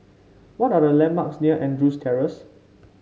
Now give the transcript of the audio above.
what are the landmarks near Andrews Terrace